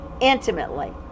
Intimately